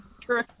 True